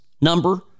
number